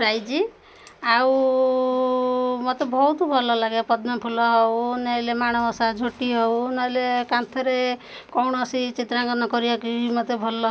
prize ଆଉ ମତେ ବହୁତ ଭଲ ଲାଗେ ପଦ୍ମ ଫୁଲ ହଉ ନହେଲେ ମାଣବସା ଝୋଟି ହଉ ନହେଲେ କାନ୍ଥରେ କୌଣସି ଚିତ୍ରାଙ୍କନ କରିବାକୁ ବି ମତେ ଭଲ